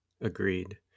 Agreed